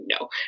No